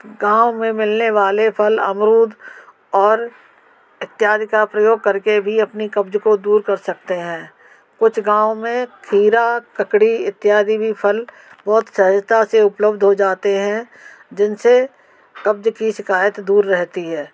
गाँव मे मिलने वाले फल अमरूद और इत्यादि का प्रयोग कर के भी अपने कब्ज़ को दूर कर सकते हैं कुछ गाँव में खीरा ककड़ी इत्यादि भी फल बहुत सहजता से उपलब्ध हो जाते हैं जिन से कब्ज़ की शिकायत दूर रहती है